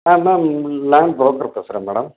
ஆ ma'am உங்கள் land broker பேசுகிறேன் madam